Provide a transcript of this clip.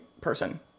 person